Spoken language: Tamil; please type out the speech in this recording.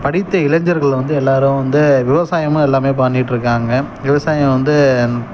படித்த இளைஞர்கள் வந்து எல்லோரும் வந்து விவசாயமும் எல்லாம் பண்ணிகிட்ருக்காங்க விவசாயம் வந்து